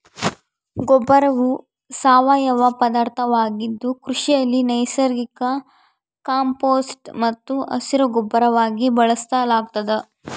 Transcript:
ಗೊಬ್ಬರವು ಸಾವಯವ ಪದಾರ್ಥವಾಗಿದ್ದು ಕೃಷಿಯಲ್ಲಿ ನೈಸರ್ಗಿಕ ಕಾಂಪೋಸ್ಟ್ ಮತ್ತು ಹಸಿರುಗೊಬ್ಬರವಾಗಿ ಬಳಸಲಾಗ್ತದ